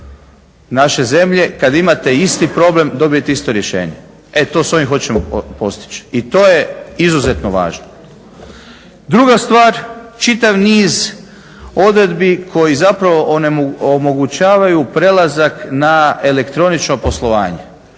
naše zemlje kad imate isti problem dobijete isto rješenje. E to s ovim hoćemo postići i to je izuzetno važno. Druga stvar čitav niz odredbi koji zapravo omogućavaju prelazak na elektronično poslovanje.